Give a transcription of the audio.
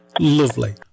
Lovely